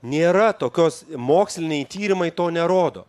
nėra tokios moksliniai tyrimai to nerodo